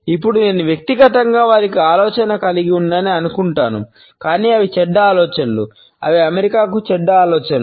ఇప్పుడు నేను వ్యక్తిగతంగా వారికి ఆలోచనలు కలిగి ఉన్నానని అనుకుంటున్నాను కాని అవి చెడ్డ ఆలోచనలు అవి అమెరికాకు చెడ్డ ఆలోచనలు